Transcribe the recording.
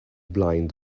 blind